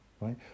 right